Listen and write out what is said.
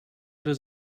does